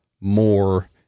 more